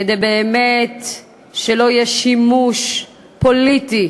כדי שבאמת לא יהיה שימוש פוליטי